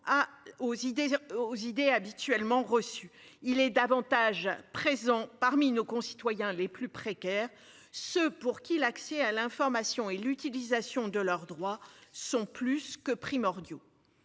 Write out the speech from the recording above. aux idées habituellement reçues, il est davantage présent parmi nos concitoyens les plus précaires, ceux pour qui l'accès à l'information et l'utilisation de leurs droits sont plus que primordiaux.